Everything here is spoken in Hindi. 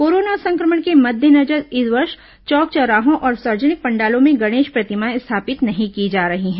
कोरोना संक्रमण के मद्देनजर इस वर्ष चौक चौराहों और सार्वजनिक पंडालों में गणेश प्रतिमाएं स्थापित नहीं की जा रही हैं